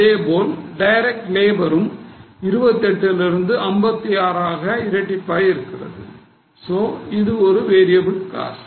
அதேபோல் டைரக்ட் லேபரும் 28லிருந்து 56ஆக இரட்டிப்பாகி இருக்கிறது சோ இது ஒரு variable cost